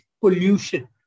pollution